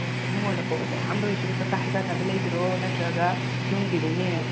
ꯑꯣ ꯏꯕꯨꯡꯉꯣꯅ ꯄꯣꯠ ꯃꯌꯥꯝ ꯂꯧꯏꯁꯤꯕꯨ ꯆꯥꯛꯆꯥ ꯍꯩꯖꯥꯅꯕ ꯂꯩꯕ꯭ꯔꯣ ꯅꯠꯇ꯭ꯔꯒ ꯌꯨꯝꯒꯤꯔꯣꯅꯦ